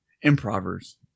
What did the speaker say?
improvers